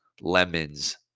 lemons